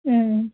ம்